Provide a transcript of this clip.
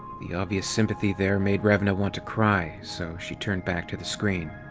the obvious sympathy there made revna want to cry, so she turned back to the screen.